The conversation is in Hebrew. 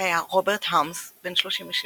היה רוברט הארמס, בן 36,